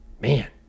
man